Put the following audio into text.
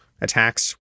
attacks